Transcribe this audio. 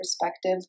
perspective